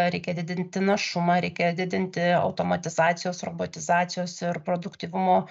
reikia didinti našumą reikia didinti automatizacijos robotizacijos ir produktyvumo